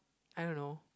I don't know